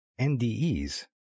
NDEs